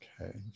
Okay